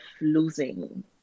losing